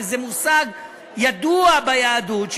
וזה מושג ידוע ביהדות,